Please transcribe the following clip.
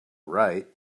write